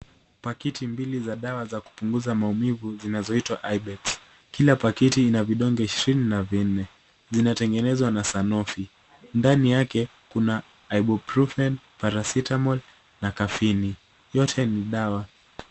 Pakiti mbili za dawa za kupunguza maumivu zinazoitwa Ibex. Kila pakiti ina vidonge ishirini na vinne. Zinatengenezwa na sanofi. Ndani yake kuna Ibuprofen, paracetamol , na cafeni. Yote ni dawa.